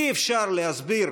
אי-אפשר להסביר